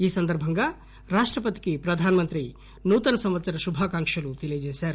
ఈ సందర్బంగా రాష్టపతికి ప్రధానమంత్రి నూతన సంవత్సర శుభాకాంక్షలు తెలియజేశారు